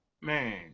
Man